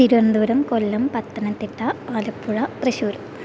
Thiruvananthapuram Kollam Pathanamthitta Alappuzha Thrissur